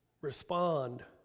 respond